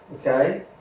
okay